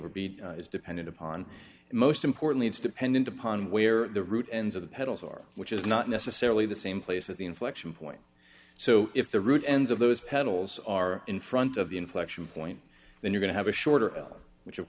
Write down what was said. would be is dependent upon and most importantly it's dependent upon where the root ends of the pedals are which is not necessarily the same place as the inflection point so if the root ends of those pedals are in front of the inflection point then are going to have a shorter l which of